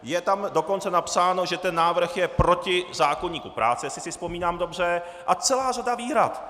Je tam dokonce napsáno, že ten návrh je proti zákoníku práce, jestli si vzpomínám dobře, a celá řada výhrad.